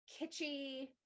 kitschy